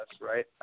right